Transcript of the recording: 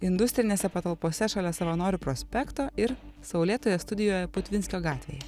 industrinėse patalpose šalia savanorių prospekto ir saulėtoje studijoje putvinskio gatvėje